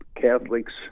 Catholics